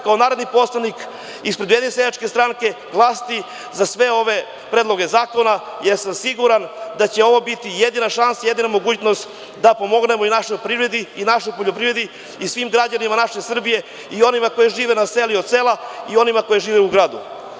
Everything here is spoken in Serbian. Kao narodni poslanik ispred Ujedinjene seljačke stranke ću glasati za sve ove predloge zakona jer sam siguran da će ovo biti jedina šansa i jedina mogućnost da pomognemo i našoj privredi i svim građanima naše Srbije i onima koji žive na selu i od sela i onima koji žive u gradu.